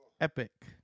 epic